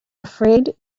afraid